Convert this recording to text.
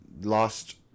Lost